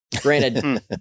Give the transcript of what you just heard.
Granted